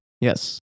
Yes